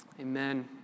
Amen